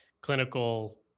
clinical